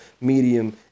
medium